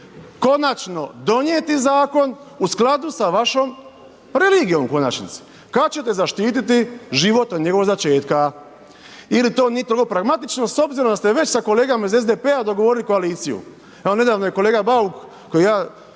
konačno donijeti zakon u skladu sa vašom religijom, u konačnici? Kad ćete zaštiti život od njegovog začetka? Ili to nije pragmatično s obzirom da ste već s kolegama iz SDP-a dogovorili koaliciju? Evo, nedavno je kolega Bauk kojeg ja